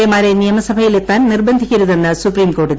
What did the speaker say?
എമാരെ ക്ടിയ്മ്സഭയിലെത്താൻ നിർബന്ധിക്കരുതെന്ന് സുപ്രീംകോടതി